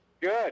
Good